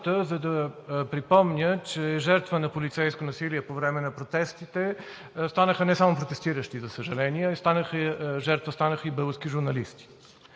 за да припомня, че жертва на полицейско насилие по време на протестите станаха не само протестиращи, за съжаление, а жертва станаха български журналисти.